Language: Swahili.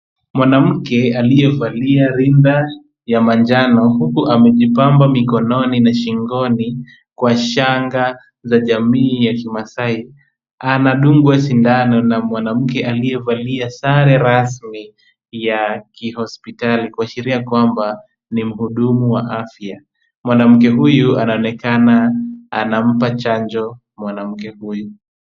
Mwanamke aliyevalia rinda ya manjano huku amejipamba mikononi na shingoni kwa shanga za jamii ya kimaasai, anadungwa sindano na mwanamke aliyevalia sare rasmi ya kihospitali kuashiria kwamba ni mhudumu wa afya. Mwanamke huyu anaonekana anampa chanjo mwanamke huyu.